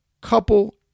Couple